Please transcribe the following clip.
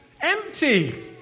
Empty